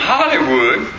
Hollywood